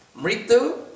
mritu